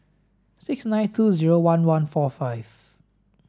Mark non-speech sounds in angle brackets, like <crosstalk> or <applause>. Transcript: six nine <unintelligible> zero one one four five